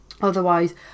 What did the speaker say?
Otherwise